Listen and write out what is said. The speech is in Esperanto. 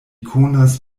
konas